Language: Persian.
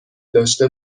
داشته